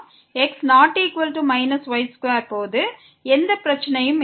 நமக்கு எந்த பிரச்சனையும் இல்லை